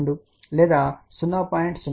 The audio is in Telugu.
02 "లేదా 0